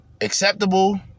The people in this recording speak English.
acceptable